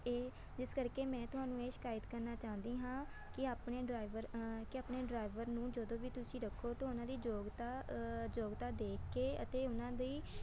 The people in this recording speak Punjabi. ਇਹ ਜਿਸ ਕਰਕੇ ਮੈਂ ਤੁਹਾਨੂੰ ਇਹ ਸ਼ਿਕਾਇਤ ਕਰਨਾ ਚਾਹੁੰਦੀ ਹਾਂ ਕਿ ਆਪਣੇ ਡਰਾਈਵਰ ਕਿ ਆਪਣੇ ਡਰਾਈਵਰ ਨੂੰ ਜਦੋਂ ਵੀ ਤੁਸੀਂ ਰੱਖੋ ਤਾਂ ਉਹਨਾਂ ਦੀ ਯੋਗਤਾ ਯੋਗਤਾ ਦੇਖ ਕੇ ਅਤੇ ਉਹਨਾਂ ਦੀ